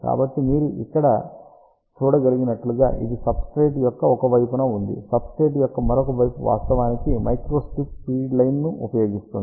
కాబట్టి మీరు ఇక్కడ చూడగలిగినట్లుగా ఇది సబ్స్ట్రేట్ యొక్క ఒక వైపున ఉంది సబ్స్ట్రేట్ యొక్క మరొక వైపు వాస్తవానికి మైక్రోస్ట్రిప్ ఫీడ్ లైన్ను ఉపయోగిస్తుంది